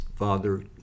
Father